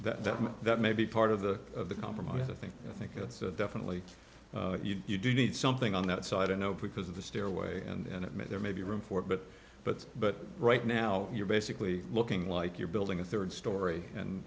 that that may be part of the compromise i think i think it's definitely you do need something on that side i know because of the stairway and it may there may be room for but but but right now you're basically looking like you're building a third story and